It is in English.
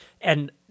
And-